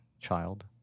child